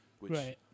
Right